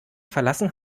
verlassen